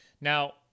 Now